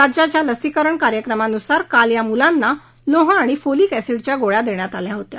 राज्याच्या लसीकरण कार्यक्रमानुसार काल या मुलांना लोह आणि फॉलीक एसिडच्या गोळया देण्यात आल्या होत्या